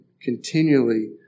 continually